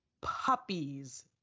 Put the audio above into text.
puppies